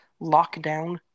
Lockdown